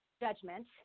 judgment